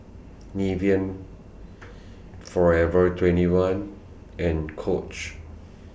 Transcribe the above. Nivea Forever twenty one and Coach